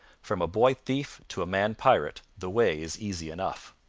from a boy thief to a man pirate the way is easy enough.